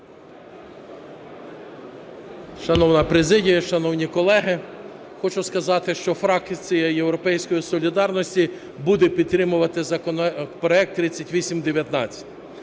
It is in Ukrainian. Шановна президія, шановні колеги, хочу сказати, що фракція "Європейської солідарності" буде підтримувати законопроект 3819.